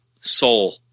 soul